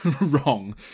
wrong